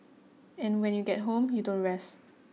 and when you get home you don't rest